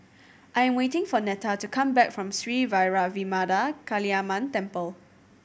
I am waiting for Neta to come back from Sri Vairavimada Kaliamman Temple